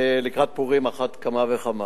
ולקראת פורים על אחת כמה וכמה.